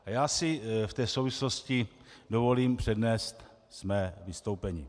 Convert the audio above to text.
A já si v té souvislosti dovolím přednést své vystoupení.